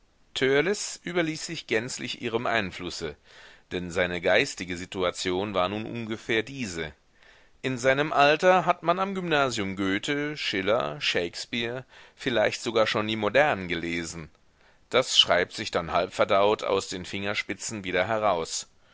überließ sich gänzlich ihrem einflusse denn seine geistige situation war nun ungefähr diese in seinem alter hat man am gymnasium goethe schiller shakespeare vielleicht sogar schon die modernen gelesen das schreibt sich dann halbverdaut aus den fingerspitzen wieder heraus